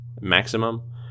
maximum